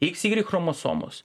iks igrik chromosomos